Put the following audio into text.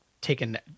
taken